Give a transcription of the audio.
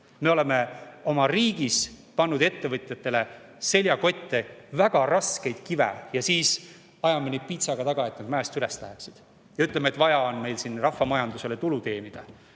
Me oleme oma riigis pannud ettevõtjatele seljakotti väga raskeid kive ja siis ajame neid piitsaga taga, et nad mäest üles läheksid, ja ütleme, et meil on siin vaja rahvamajandusele tulu teenida.